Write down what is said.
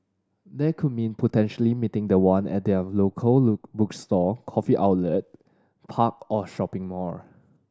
that could mean potentially meeting the one at their local look bookstore coffee outlet park or shopping mall